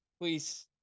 please